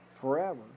forever